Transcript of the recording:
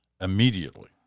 immediately